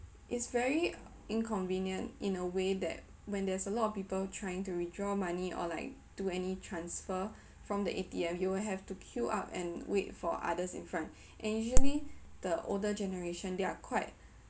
it's very inconvenient in a way that when there's a lot of people trying to withdraw money or like do any transfer from the A_T_M you will have to queue up and wait for others in front and usually the older generation they are quite